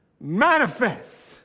manifest